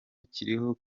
kiriko